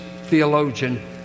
theologian